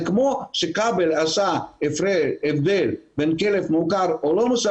זה כמו שכבל עשה הבדל בין כלב מעוקר או לא,